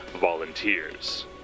volunteers